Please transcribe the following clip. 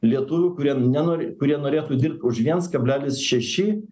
lietuvių kurie nenori kurie norėtų dirbt už vienas kablelis šeši